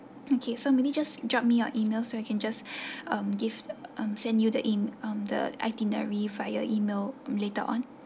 okay so maybe just drop me your email so I can just um give um send you the em~ um the itinerary via email later on